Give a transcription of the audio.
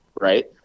right